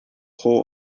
hall